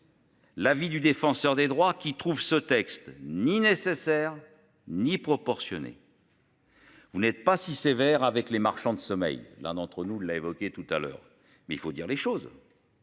La vie du défenseur des droits, qui trouve ce texte ni nécessaire ni proportionnée. Vous n'êtes pas si sévère avec les marchands de sommeil, l'un d'entre nous l'a évoqué tout à l'heure mais il faut dire les choses.